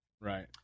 right